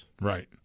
Right